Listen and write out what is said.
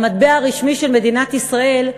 המטבע הרשמי של מדינת ישראל,